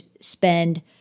spend